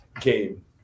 game